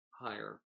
higher